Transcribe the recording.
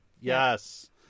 Yes